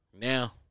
Now